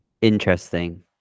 interesting